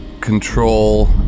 control